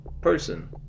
person